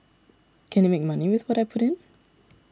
can it make money with what I put in